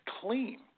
clean